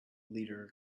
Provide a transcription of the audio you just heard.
leader